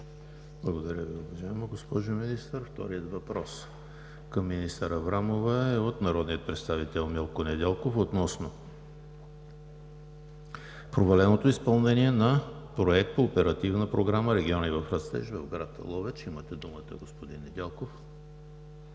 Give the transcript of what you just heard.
Благодаря Ви, уважаема госпожо Министър. Вторият въпрос към министър Аврамова е от народния представител Милко Недялков относно проваленото изпълнение на Проект по Оперативна програма „Региони в растеж“ в град Ловеч. Имате думата, господин Недялков.